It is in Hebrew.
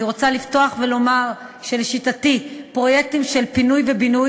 אני רוצה לפתוח ולומר שלשיטתי פרויקטים של פינוי ובינוי